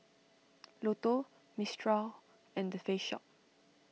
Lotto Mistral and the Face Shop